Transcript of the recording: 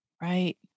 Right